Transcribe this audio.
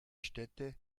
städte